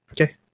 Okay